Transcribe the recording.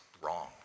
wrong